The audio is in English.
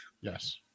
Yes